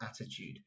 attitude